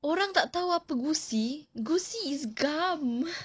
orang tak tahu apa gusi gusi is gum